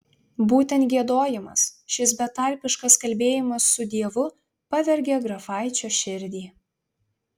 būtent giedojimas šis betarpiškas kalbėjimas su dievu pavergė grafaičio širdį